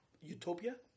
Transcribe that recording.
utopia